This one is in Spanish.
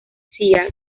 sia